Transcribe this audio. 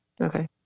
Okay